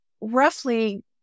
roughly